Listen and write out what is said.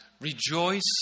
Rejoice